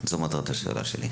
כי אובחנתי בשלב שלוש.